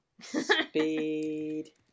Speed